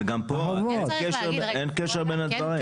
אבל גם פה אין קשר בין הדברים.